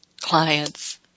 clients